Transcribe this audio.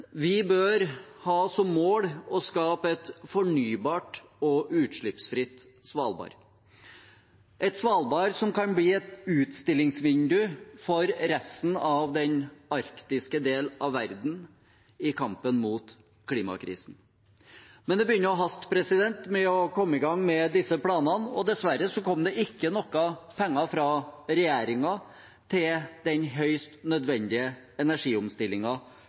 Vi bør ha som mål å skape et fornybart og utslippsfritt Svalbard, et Svalbard som kan bli et utstillingsvindu for resten av den arktiske del av verden i kampen mot klimakrisen. Men det begynner å haste med å komme i gang med disse planene. Dessverre kom det ikke noen penger fra regjeringen til den høyst nødvendige